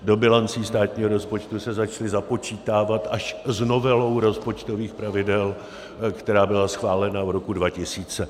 Do bilancí státního rozpočtu se začaly započítávat až s novelou rozpočtových pravidel, která byla schválena v roce 2000.